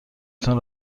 تون